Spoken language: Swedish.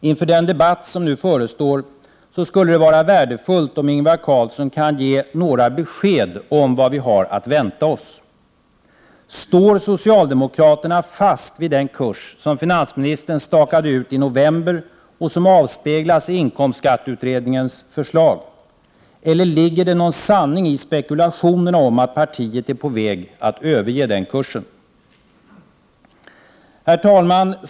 Inför den debatt som nu förestår skulle det vara värdefullt, om Ingvar Carlsson kunde ge några besked om vad vi har att vänta oss: Står socialdemokraterna fast vid den kurs som finansministern stakade ut i november och som avspeglas i inkomstskatteutredningens förslag? Eller ligger det någon sanning i spekulationerna om att partiet är på väg att överge den kursen? Herr talman!